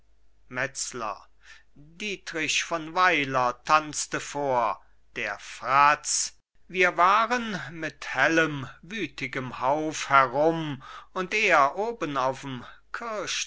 metzler dietrich von weiler tanzte vor der fratz wir waren mit hellem wütigem hauf herum und er oben auf'm